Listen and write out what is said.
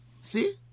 See